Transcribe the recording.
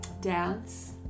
dance